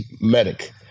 Medic